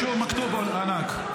ואטורי, תסביר לי קצת על החוק.